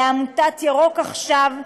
לעמותת ירוק עכשיו,